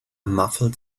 muffled